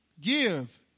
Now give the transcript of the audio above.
Give